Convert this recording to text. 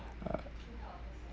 uh